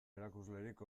erakuslerik